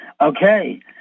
Okay